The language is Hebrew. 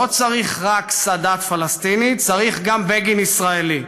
לא צריך רק סאדאת פלסטיני, צריך גם בגין ישראלי.